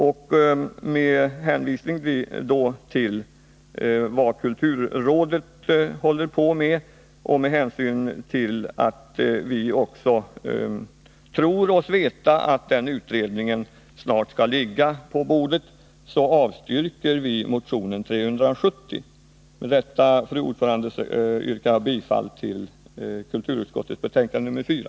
Och då vi tror oss veta att kulturrådets utredning snart skall ligga färdig, avstyrker vi motion 370. Med detta, fru talman, yrkar jag bifall till hemställan i kulturutskottets betänkande 4.